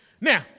Now